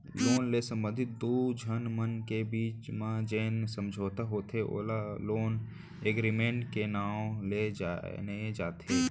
loan ले संबंधित दुनो झन मन के बीच म जेन समझौता होथे ओला लोन एगरिमेंट के नांव ले जाने जाथे